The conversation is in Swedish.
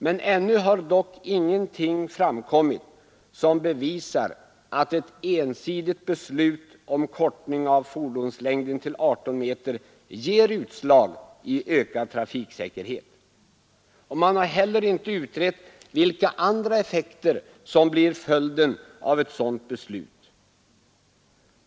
Men ännu har dock ingenting framkommit som bevisar att ett ensidigt beslut om kortning av fordonslängden till 18 meter ger utslag i ökad trafiksäkerhet, och man har heller inte utrett vilka andra effekter som blir följden av ett sådant beslut.